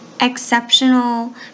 exceptional